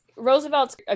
Roosevelt's